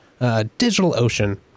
DigitalOcean